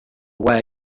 away